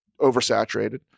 oversaturated